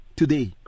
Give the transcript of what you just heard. today